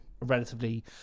relatively